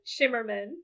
Shimmerman